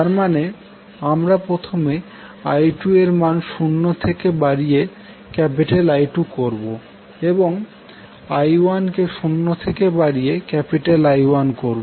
তারমানে আমরা প্রথমে i2 এর মান শূন্য থেকে বাড়িয়ে I2করবো এবং তারপর i1কে শূন্য থেকে বাড়িয়ে I1করবো